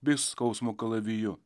bei skausmo kalaviju